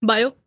Bio